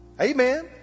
Amen